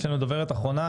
תודה.